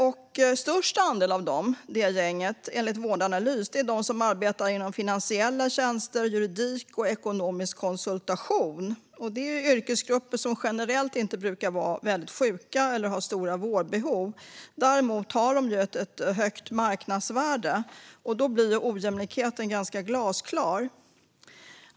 Enligt Vårdanalys är den största andelen av det gänget personer som arbetar inom finansiella tjänster, juridik och ekonomisk konsultation. Det är yrkesgrupper som generellt inte brukar vara särskilt sjuka eller ha stora vårdbehov, men däremot har de ett högt marknadsvärde. Där blir ojämlikheten alltså ganska klar.